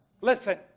Listen